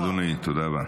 תודה רבה, אדוני, תודה רבה.